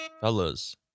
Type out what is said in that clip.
Fellas